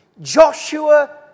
Joshua